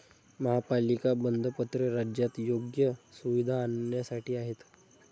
महापालिका बंधपत्रे राज्यात योग्य सुविधा आणण्यासाठी आहेत